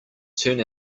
turn